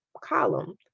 column